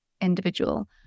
individual